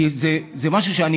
כי זה משהו שאני